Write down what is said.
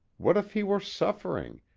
what if he were suffering,